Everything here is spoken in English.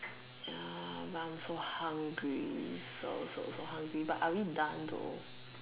ya but I am so hungry so so so hungry but are we done though